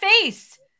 face